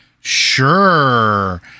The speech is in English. sure